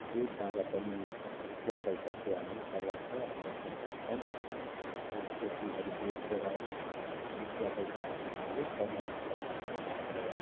दुधबाट पनि रुपियाँ पैसाको हामी उपलब्ध हामी गर्नसक्छौँ यो छुर्पीहरू बेचेर रुपियाँ पैसा अब हामीले कमाउन सक्छौँ र